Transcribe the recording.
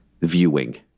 viewing